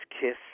Kiss